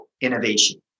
innovation